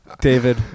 David